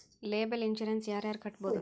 liable insurance ಯಾರ್ ಯಾರ್ ಕಟ್ಬೊದು